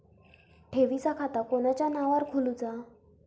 ठेवीचा खाता कोणाच्या नावार खोलूचा?